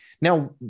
Now